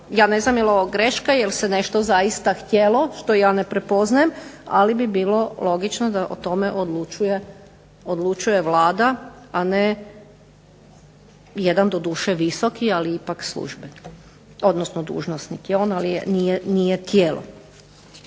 Ja ne znam jel ovo greška jel se nešto zaista htjelo što ja ne prepoznajem, ali bi bilo logično da o tome odlučuje Vlada, a ne jedan doduše visoki ali ipak dužnosnik je on ali nije tijelo.